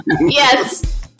Yes